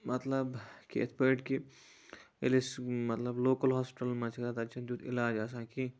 مطلب کہِ یِتھ پٲٹھۍ کہِ ییٚلہِ أسۍ مطلب لوکَل ہاسپِٹلَن منٛز چھِ گژھان تَتہِ چھِنہٕ تیُتھ علاج آسان کیٚنہہ